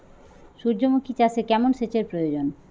সূর্যমুখি চাষে কেমন সেচের প্রয়োজন?